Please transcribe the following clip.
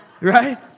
Right